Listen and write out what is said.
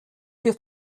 für